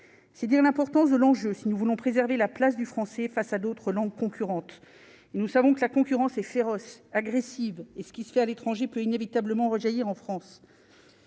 c'est dire l'importance de l'enjeu, si nous voulons préserver la place du Français face à d'autres langues concurrentes, nous savons que la concurrence est féroce, agressive et ce qui se fait à l'étranger peut inévitablement rejaillir en France,